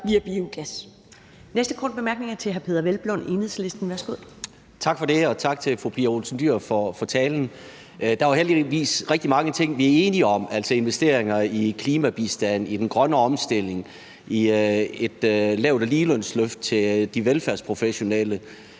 korte bemærkning er fra hr. Peder Hvelplund, Enhedslisten. Værsgo. Kl. 11:53 Peder Hvelplund (EL) : Tak for det. Og tak til fru Pia Olsen Dyhr for talen. Der er jo heldigvis rigtig mange ting, vi er enige om, altså investeringer i klimabistand, i den grønne omstilling, i et lavt- og ligelønsløft til de velfærdsprofessionelle.